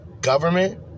government